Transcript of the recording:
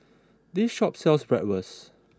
this shop sells Bratwurst